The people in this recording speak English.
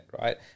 right